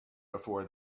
before